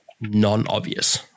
non-obvious